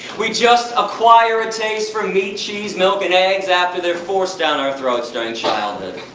we just acquire a taste for meat, cheese, milk and eggs after their forced down our throats during childhood.